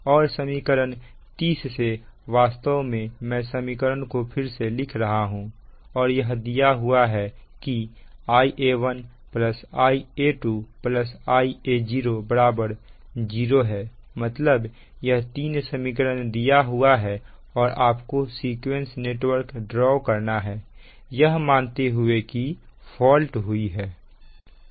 और समीकरण 30 से वास्तव में मैं समीकरणों को फिर से लिख रहा हूं और यह दिया हुआ है कि Ia1 Ia2 Ia0 0 है मतलब यह तीन समीकरण दिया हुआ है और आपको सीक्वेंस नेटवर्क ड्रा करना है यह मानते हुए कि फॉल्ट हुआ है